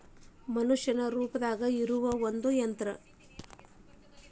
ಮನಷ್ಯಾನ ರೂಪದಾಗ ಇರು ಒಂದ ಯಂತ್ರ